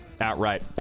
outright